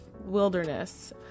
wilderness